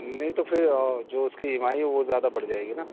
نہیں تو پھر جو اس کی ای ایم آئی وہ زیادہ بڑھ جائے گی نا